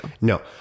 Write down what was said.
No